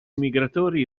migratori